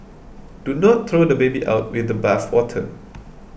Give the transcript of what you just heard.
do not throw the baby out with the bathwater